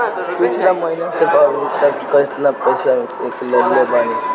पिछला महीना से अभीतक केतना पैसा ईकलले बानी?